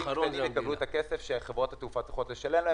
עסקים קטנים יקבלו את הכסף שחברות התעופה צריכות לשלם להם,